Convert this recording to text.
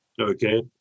Okay